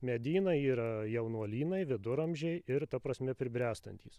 medynai yra jaunuolynai viduramžiai ir ta prasme pribręstantys